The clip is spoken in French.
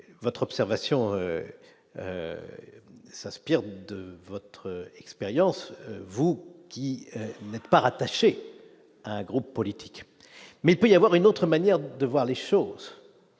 votre serve à Sion s'aspirent de votre expérience, vous qui n'êtes pas rattaché à un groupe politique, mais il peut y avoir une autre manière de voir les choses,